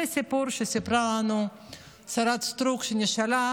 זה הסיפור שסיפרה לנו שרת הסטרוק כשנשאלה